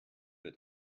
mit